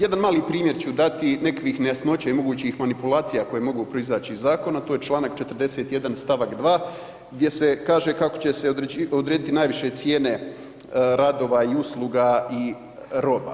Jedan mali primjer ću dati nekakvih nejasnoća i mogućih manipulacija koje mogu proizaći iz zakona, a to je čl. 41. st. 2. gdje se kaže kako će se odrediti najviše cijene radova i usluga i roba.